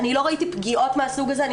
לא ראיתי פגיעות מהסוג הזה,